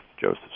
Joseph